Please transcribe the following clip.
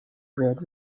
grid